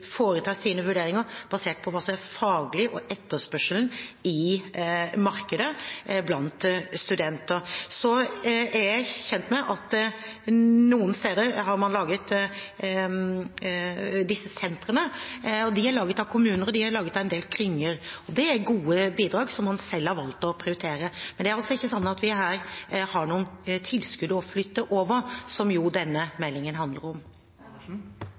foretar sine vurderinger basert på det faglige og etterspørselen i markedet blant studenter. Så er jeg kjent med at man noen steder har laget disse sentrene. De er laget av kommuner og en del klynger og er gode bidrag som man selv har valgt å prioritere. Men det er ikke sånn at vi her har noen tilskudd å flytte over, som denne meldingen handler om.